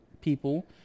people